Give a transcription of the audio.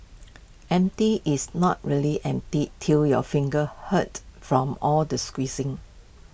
empty is not really empty till your fingers hurt from all the squeezing